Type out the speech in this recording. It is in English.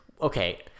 okay